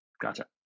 Gotcha